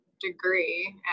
degree